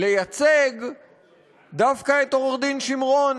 כמייצג דווקא את עורך-דין שמרון,